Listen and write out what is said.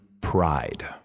pride